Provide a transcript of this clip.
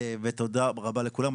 ותודה רבה לכולם.